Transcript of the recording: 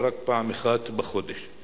ורק פעם אחת בחודש.